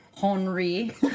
Henry